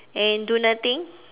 and do nothing